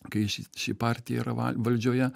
kai ši ši partija yra va valdžioje